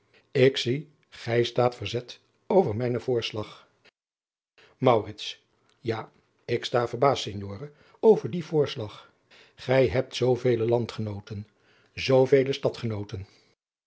ik zie gij staat verzet over mijnen voorslag maurits ja ik sta verbaasd signore over dien voorslag gij hebt zoovele landgenooten zoovele stadgenooten